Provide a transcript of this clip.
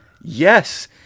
yes